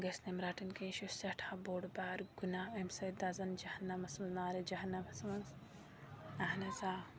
گٔژھۍ نہٕ یِم رَٹٕنۍ کیٚںٛہہ یہِ چھُ سٮ۪ٹھاہ بوٚڈ بارٕ گُناہ اَمہِ سۭتۍ دَزن جہنَمَس منٛز نارِ جہنَمَس منٛز اہن حظ آ